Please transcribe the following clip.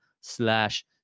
slash